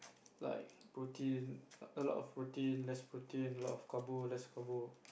like protein a lot of protein less protein a lot of carbo less carbo